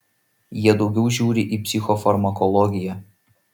jie daugiau žiūri į psichofarmakologiją